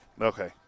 Okay